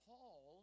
Paul